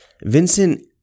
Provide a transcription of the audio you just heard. Vincent